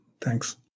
Thanks